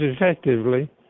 effectively